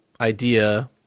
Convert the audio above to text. idea